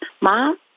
Mom